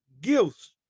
gifts